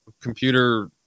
computer